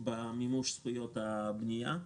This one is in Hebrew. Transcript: במימוש זכויות הבנייה,